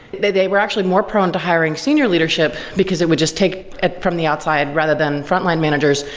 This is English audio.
they they were actually more prone to hiring senior leadership, because it would just take it from the outside, rather than frontline managers,